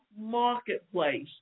marketplace